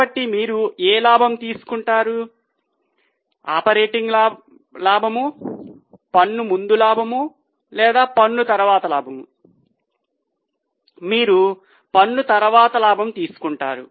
కాబట్టి మీరు ఏ లాభం తీసుకుంటారు ఆపరేటింగ్ లాభం పన్ను ముందు లాభం లేదా పన్ను తరువాత మీరు పన్ను తర్వాత లాభం తీసుకుంటారు